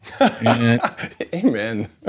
Amen